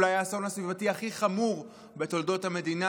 אולי האסון הסביבתי הכי חמור בתולדות המדינה,